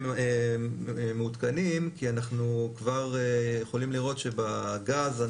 מעודכנים כי אנחנו כבר יכולים לראות שבגז,